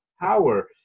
power